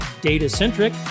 data-centric